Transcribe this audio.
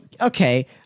okay